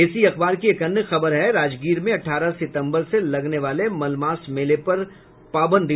इसी अखबार की एक अन्य खबर है राजगीर में अठारह सितम्बर से लगने वाले मलमासी मेले पर लगी पाबंदी